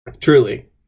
Truly